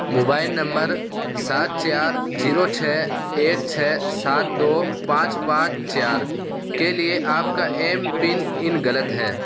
mobile number سات چار zero چھ ایک چھ سات دو پانچ پانچ چار کے لیے آپ کا ایم پن ان غلط ہے